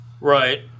Right